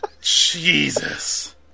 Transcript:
Jesus